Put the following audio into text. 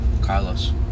Carlos